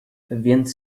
więc